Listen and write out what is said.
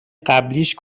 قبلیش